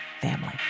family